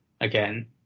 again